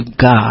God